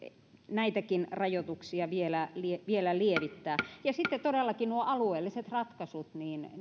näitäkin rajoituksia vielä vielä lievittää ja sitten todellakin nuo alueelliset ratkaisut